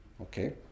Okay